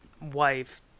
wife